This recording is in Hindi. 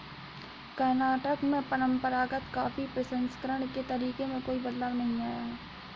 कर्नाटक में परंपरागत कॉफी प्रसंस्करण के तरीके में कोई बदलाव नहीं आया है